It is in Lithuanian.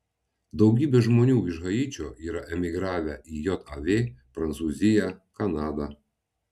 daugybė žmonių iš haičio yra emigravę į jav prancūziją kanadą